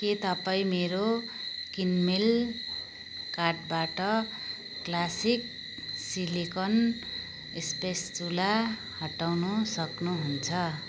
के तपाईँ मेरो किनमेल कार्टबाट क्लासिक सिलिकन स्पेस चुला हटाउनु सक्नुहुन्छ